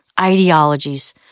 ideologies